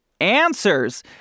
answers